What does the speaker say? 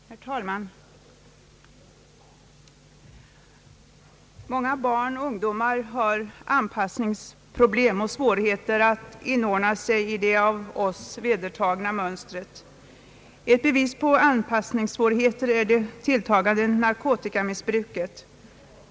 Herr talman! Många barn och ungdomar har anpassningsproblem och svårigheter att inordna sig i det av oss vedertagna mönstret. Ett bevis på anpassningssvårigheter är det tilltagande narkotikamissbruket.